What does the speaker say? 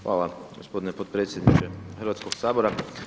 Hvala gospodine potpredsjedniče Hrvatskoga sabora.